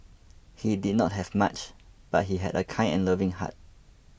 he did not have much but he had a kind and loving heart